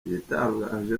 igitangaje